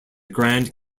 grand